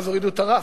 ואז הורידו את הרף.